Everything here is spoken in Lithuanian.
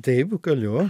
taip galiu